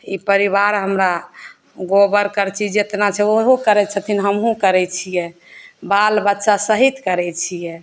ई परिवार हमरा गोबर करची जेतना छै उहो करय छथिन हमहुँ करय छियै बाल बच्चा सहित करय छियै